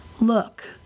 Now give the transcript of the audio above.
look